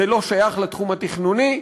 זה לא שייך לתחום התכנוני.